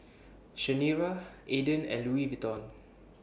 Chanira Aden and Louis Vuitton